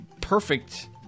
perfect